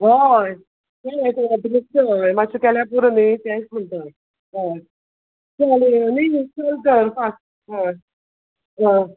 हय हय मात्शें केल्या पुरो न्ही तेंच म्हुणटा हय न्ही चल तर फा हय आ